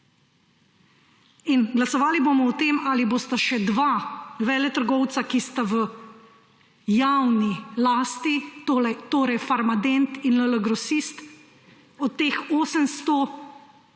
In glasovali bomo o tem, ali bosta še dva veletrgovca, ki sta v javni lasti, torej Farmadent in LL Grosist, od teh 800